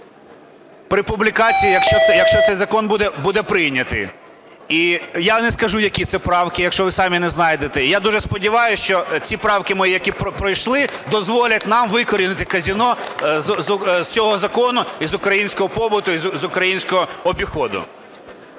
при публікації, якщо цей закон буде прийнятий. І я не скажу, які це правки, якщо ви самі не знайдете. Я дуже сподіваюся, що ці правки мої, які пройшли, дозволять нам викоренити казино з цього закону і з українського побуту, і з українського обіходу.